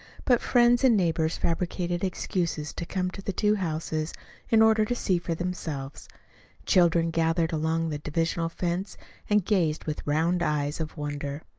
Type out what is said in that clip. but friends and neighbors fabricated excuses to come to the two houses in order to see for themselves children gathered along the divisional fence and gazed with round eyes of wonder.